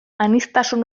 aniztasun